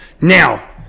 Now